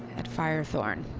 at fire thorn.